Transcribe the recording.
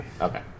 Okay